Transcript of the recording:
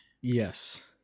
Yes